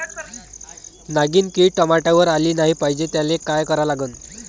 नागिन किड टमाट्यावर आली नाही पाहिजे त्याले काय करा लागन?